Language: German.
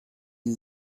sie